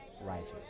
righteous